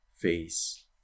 face